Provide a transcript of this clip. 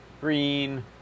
green